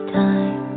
time